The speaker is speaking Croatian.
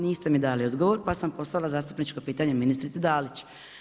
Niste mi dali odgovor, pa sam postavila zastupničko pitanje ministrici Dalić.